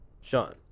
Sean